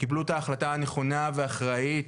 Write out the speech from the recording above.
שקיבלו את ההחלטה הנכונה והאחראית,